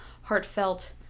heartfelt